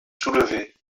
soulevées